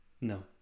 no